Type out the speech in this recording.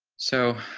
so,